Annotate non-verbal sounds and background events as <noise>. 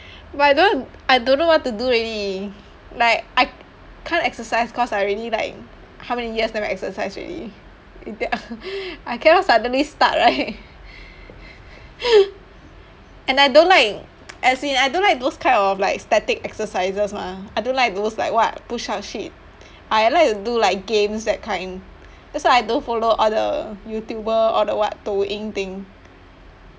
but I don't I don't know what to do already like I can't exercise cause I already like how many years never exercise already <noise> I cannot suddenly start right <noise> and I don't like <noise> as in I don't like those kind of like static exercises mah I don't like those like what push up shit I like to do like games that kind that's why I don't follow all the youtuber or the what Douyin thing